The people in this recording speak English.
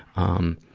um,